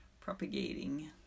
propagating